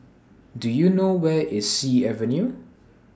Do YOU know Where IS Sea Avenue